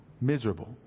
miserable